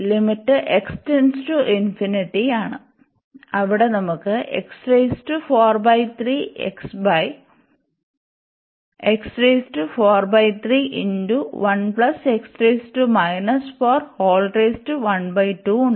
limit യാണ് അവിടെ നമുക്ക് ഉണ്ട്